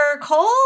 Cole